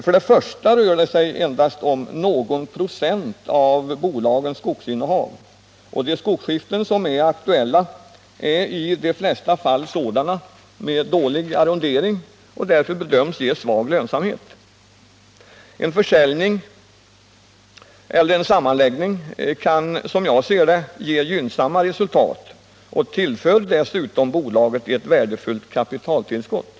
För det första rör det sig endast om någon procent av bolagets skogsinnehav, och de skogsskiften som är aktuella är i de flesta fall sådana som har dålig — onskilda skogsägare arrondering och som därför bedöms ge svag lönsamhet. En försäljning eller — at förvärva skog en sammanläggning kan, som jag ser det, ge gynnsamma resultat och tillför från Billeruddessutom bolaget ett värdefullt kapitaltillskott.